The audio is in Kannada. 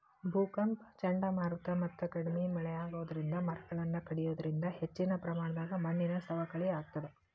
ಭೂಕಂಪ ಚಂಡಮಾರುತ ಮತ್ತ ಕಡಿಮಿ ಮಳೆ ಆಗೋದರಿಂದ ಮರಗಳನ್ನ ಕಡಿಯೋದರಿಂದ ಹೆಚ್ಚಿನ ಪ್ರಮಾಣದಾಗ ಮಣ್ಣಿನ ಸವಕಳಿ ಆಗ್ತದ